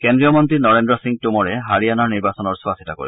কেন্দ্ৰীয় মন্ত্ৰী নৰেন্দ্ৰ সিং টোমৰে হাৰিয়ানাৰ নিৰ্বাচনৰ চোৱা চিতা কৰিব